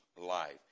life